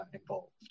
involved